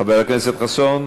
חבר הכנסת חסון